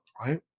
right